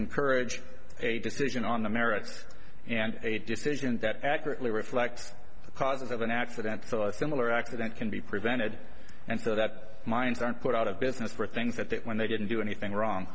encouraged a decision on the merits and a decision that accurately reflects the causes of an accident so a similar accident can be prevented and so that mines aren't put out of business for things that that when they didn't do anything